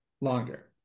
longer